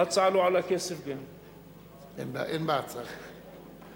ההצעה לא עולה כסף גם, אין בה שום עניין תקציבי.